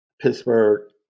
Pittsburgh